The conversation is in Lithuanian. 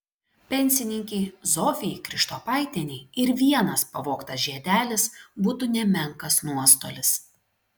pensininkei zofijai krištopaitienei ir vienas pavogtas žiedelis būtų nemenkas nuostolis